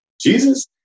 Jesus